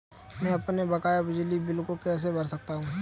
मैं अपने बकाया बिजली बिल को कैसे भर सकता हूँ?